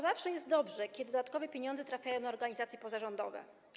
Zawsze jest dobrze, kiedy dodatkowe pieniądze trafiają na organizacje pozarządowe.